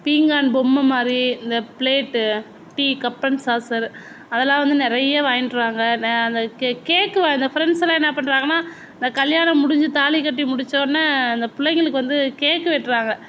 பீங்கான் பொம்மை மாதிரி இந்த plate tea cup and saucer அதெல்லாம் வந்து நிறைய வாங்கிகிட்டு வராங்க ந அந்த கே கேக்கு அந்த ஃபிரெண்ட்ஸெல்லாம் என்ன பண்ணுறாங்கண்ணா இந்த கல்யாணம் முடிஞ்சு தாலிக்கட்டி முடித்தோன்ன அந்த பிள்ளைங்களுக்கு வந்து கேக்கு வெட்டுறாங்க